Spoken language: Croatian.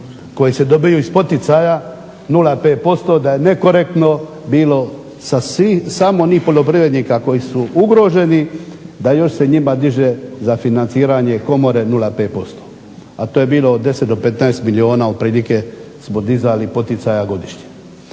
koji se dobiju iz poticaja 0,5 posto da je nekorektno bilo samo onih poljoprivrednika koji su ugroženi da još se njima diže za financiranje Komore 0,5%, a to je bilo od 10 do 15 milijuna otprilike smo dizali poticaja godišnje.